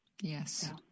Yes